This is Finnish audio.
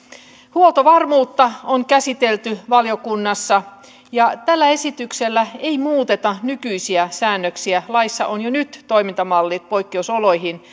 huoltovarmuutta on käsitelty valiokunnassa ja tällä esityksellä ei muuteta nykyisiä säännöksiä laissa on jo nyt toimintamalli poikkeusoloihin